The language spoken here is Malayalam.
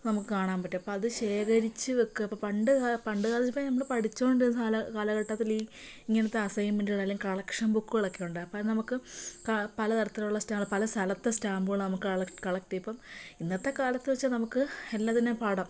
നമുക്ക് കാണാൻ പറ്റും അപ്പം അത് ശേഖരിച്ചു വെക്കുക ഇപ്പോൾ പണ്ടുകാല പണ്ടുകാലത്ത് നമ്മൾ പഠിച്ചുകൊണ്ടിരുന്ന കാല കാലഘട്ടത്തിൽ ഈ ഇങ്ങനത്തെ അസൈൻമെൻറ്റുകൾ അല്ലെങ്കിൽ കളക്ഷൻ ബുക്കുകളൊക്കെ ഉണ്ട് അപ്പം അത് നമുക്ക് പലതരത്തിലുള്ള സ്റ്റാമ്പുകള് പലസ്ഥലത്തെ സ്റ്റാമ്പുകൾ നമുക്ക് കളക് കളക്ട് ചെയ്യാം ഇപ്പം ഇന്നത്തെ കാലത്തെന്നു വെച്ചാൽ നമുക്ക് എല്ലാത്തിനും പാടാ